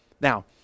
Now